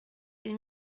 des